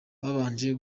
babanje